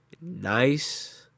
nice